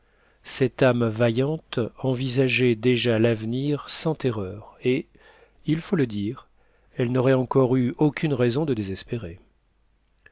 cette âme vaillante envisageait déjà l'avenir sans terreur et il faut le dire elle n'aurait encore eu aucune raison de désespérer